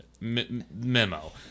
memo